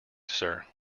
sir